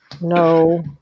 No